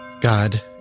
God